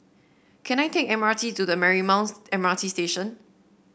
can I take M R T to the Marymount M R T Station